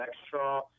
extra